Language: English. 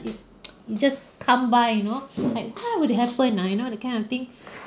it's just come by you know like what would happen ah you know that kind of thing